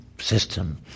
system